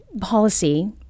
policy